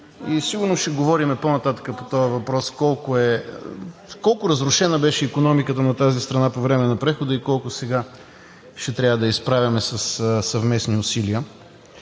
–сигурно ще говорим по-нататък по този въпрос, разрушена беше икономиката на тази страна по време на прехода и колко сега ще трябва да я изправяме със съвместни усилия.